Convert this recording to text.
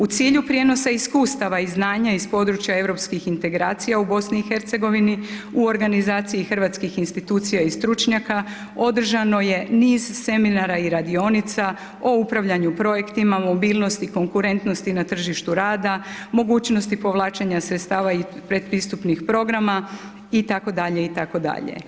U cilju prijenosa iskustva i znanja iz područja europskih integracija u BIH, u organizaciji hrvatskih institucija i stručnjaka, održano je niz seminara i radionica o upravljanju projektima, mobilnosti, konkurentnosti na tržištu rada, mogućnosti povlačenje sredstava i pretpristupnih programa itd. itd.